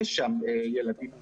יש שם ילדים כאלה.